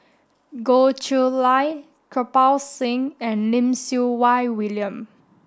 Goh Chiew Lye Kirpal Singh and Lim Siew Wai William